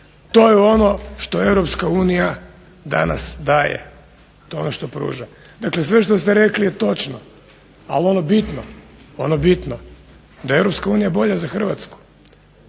To je no što EU danas daje, to je ono što pruža. Dakle, sve što ste rekli je točno, ali ono bitno, ono bitno, da je EU bolja za Hrvatsku,